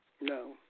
No